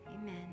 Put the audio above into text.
Amen